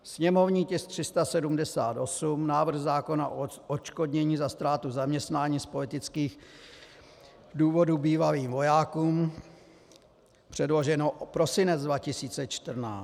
Sněmovní tisk 378, návrh zákona o odškodnění za ztrátu zaměstnání z politických důvodů bývalým vojákům předloženo prosinec 2014.